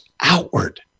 outward